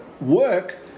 work